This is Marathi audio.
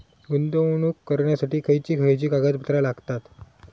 गुंतवणूक करण्यासाठी खयची खयची कागदपत्रा लागतात?